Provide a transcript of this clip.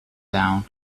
down